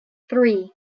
three